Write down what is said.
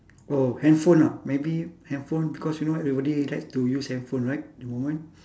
oh handphone ah maybe handphone because you know everybody like to use handphone right at the moment